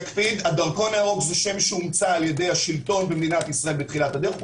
הדרכון הירוק זה שם שהומצא על-ידי השלטון במדינת ישראל בתחילת הדרך.